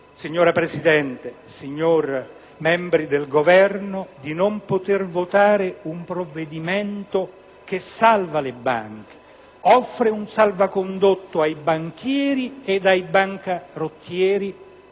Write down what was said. signora Presidente, signori del Governo, di non poter votare un provvedimento che salva le banche, offre un salvacondotto ai banchieri e ai bancarottieri,